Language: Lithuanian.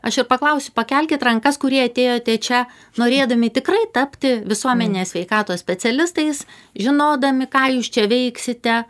aš ir paklausiu pakelkit rankas kurie atėjote čia norėdami tikrai tapti visuomenės sveikatos specialistais žinodami ką jūs čia veiksite